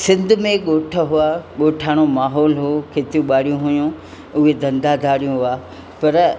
सिंध में ॻोठ हुआ ॻोठाणो माहोल हो खेती ॿाड़ियूं हुयूं उहे धंधा धारियूं हुआ पर